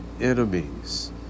enemies